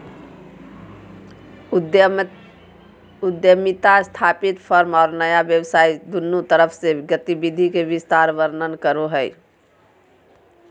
उद्यमिता स्थापित फर्म और नया व्यवसाय दुन्नु तरफ से गतिविधि के विस्तार वर्णन करो हइ